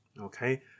Okay